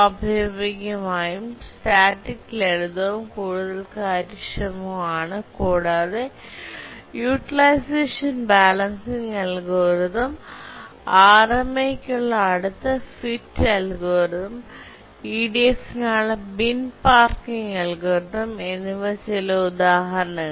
സ്വാഭാവികമായും സ്റ്റാറ്റിക്ക് ലളിതവും കൂടുതൽ കാര്യക്ഷമവുമാണ് കൂടാതെ യൂട്ടിലൈസേഷൻ ബാലൻസിംഗ് അൽഗോരിതം ആർഎംഎയ്ക്കുള്ള അടുത്ത ഫിറ്റ് അൽഗോരിതം EDF നായുള്ള ബിൻ പാക്കിംഗ് അൽഗോരിതം എന്നിവ ചില ഉദാഹരണങ്ങൾ